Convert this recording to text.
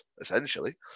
essentially